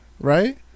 right